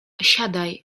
siadaj